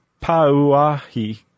Pauahi